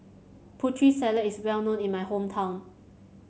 Putri Salad is well known in my hometown